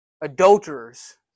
Adulterers